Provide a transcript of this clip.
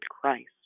Christ